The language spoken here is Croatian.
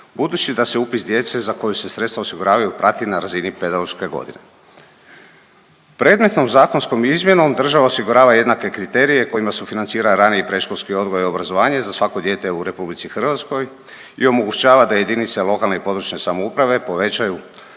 budući da se upis djece za koju se sredstva osiguravaju prati na razini pedagoške godine. Predmetnom zakonskom izmjenom država osigurava jednake kriterije kojima sufinancira rani i predškolski odgoj i obrazovanje za svako dijete u RH i omogućava da jedinice lokalne i područne samouprave povećaju